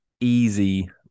easy